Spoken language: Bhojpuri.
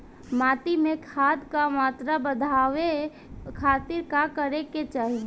माटी में खाद क मात्रा बढ़ावे खातिर का करे के चाहीं?